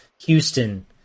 houston